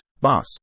boss